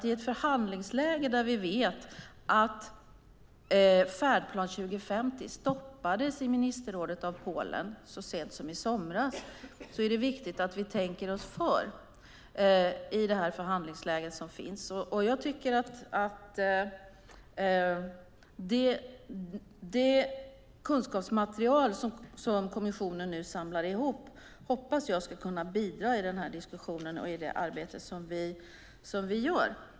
I ett förhandlingsläge där vi vet att Färdplan 2050 stoppades av Polen i ministerrådet så sent som i somras är det viktigt att vi tänker oss för. Det kunskapsmaterial som kommissionen nu samlar ihop hoppas jag ska kunna bidra i den här diskussionen och i det arbete som vi gör.